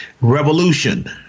revolution